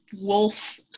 wolf